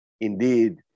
Indeed